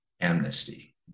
amnesty